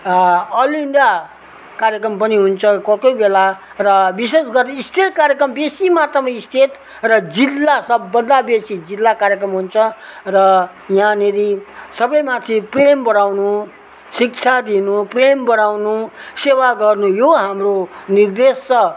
all India कार्यक्रमहरू पनि हुन्छ कोही कोही बेला र विशेष गरी स्टेट कार्यक्रम बेसी मात्रामा स्टेट र जिल्ला सबभन्दा बेसी जिल्ला कार्यक्रम हुन्छ र यहाँनेरि सबैमाथि प्रेम बढाउनु शिक्षा दिनु प्रेम बढाउनु सेवा गर्नु यो हाम्रो निर्देश छ